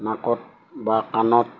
নাকত বা কাণত